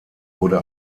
wurde